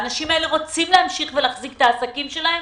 האנשים האלה רוצים להמשיך ולהחזיק את העסקים שלהם,